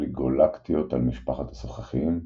אוליגולקטיות על משפחת הסוככיים.